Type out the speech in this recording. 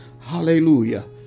Hallelujah